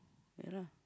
ya lah